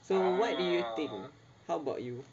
so what do you think how about you